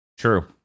True